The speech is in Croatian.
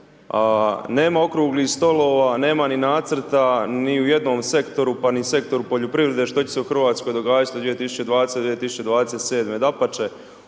Nema okruglih stolova, nema ni nacrta ni u jednom sektoru pa ni sektoru poljoprivrede što će se u Hrvatskoj događati od 2020.-2027. Dapače